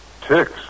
Ticks